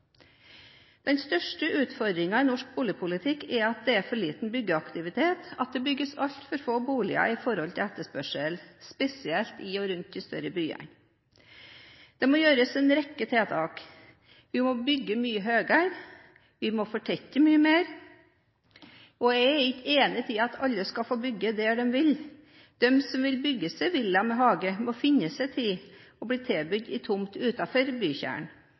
Den største utfordringen i norsk boligpolitikk er at det er for liten byggeaktivitet. Det bygges altfor få boliger sammenliknet med etterspørselen – spesielt i og rundt de større byene. Det må gjøres en rekke tiltak. Vi må bygge mye høyere, vi må fortette mye mer, og jeg er ikke enig i at alle skal få bygge der de vil. De som vil bygge seg villa med hage, må finne seg i å bli tilbudt en tomt utenfor bykjernen.